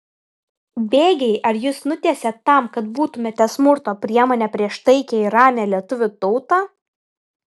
bėgiai ar jus nutiesė tam kad būtumėte smurto priemonė prieš taikią ir ramią lietuvių tautą